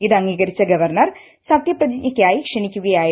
ഇത് അംഗീകരിച്ച ഗവർണർ സത്യപ്രതിജ്ഞയ്ക്കായി ക്ഷണിക്കുകയായിരുന്നു